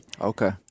okay